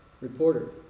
Reporter